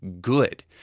good